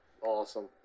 awesome